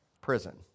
prison